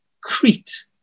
Crete